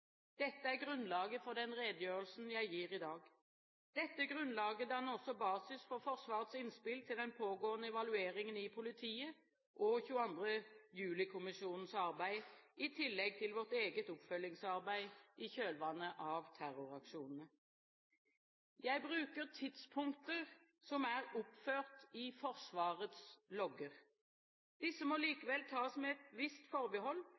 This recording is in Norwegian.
Dette er grunnlaget for den redegjørelsen jeg gir i dag. Dette grunnlaget danner også basis for Forsvarets innspill til den pågående evaluering i politiet og 22. juli-kommisjonens arbeid i tillegg til vårt eget oppfølgingsarbeid i kjølvannet av terroraksjonene. Jeg bruker tidspunkter som er oppført i Forsvarets logger. Disse må likevel tas med et visst forbehold,